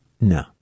No